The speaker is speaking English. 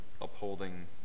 upholding